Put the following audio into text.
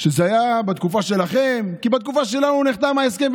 זה היה בתקופה שלכם, כי בתקופה שלנו נחתם ההסכם.